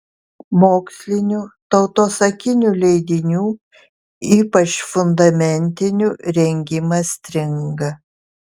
mokslinių tautosakinių leidinių ypač fundamentinių rengimas stringa